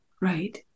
Right